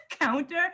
counter